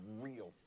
real